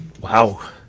Wow